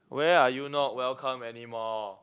where are you not welcomed anymore